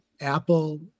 Apple